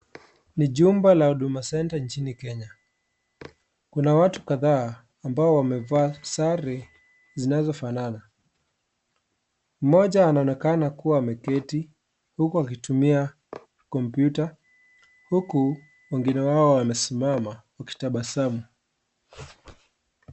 Ni jumba la huduma center nchini Kenya kuna watu kadhaa ambao wamevaa sare zinazo fanana moja anaoneka kuwa ameketi huku akitumia kompyuta , huku wengine wao wamesimama wakitabasamu.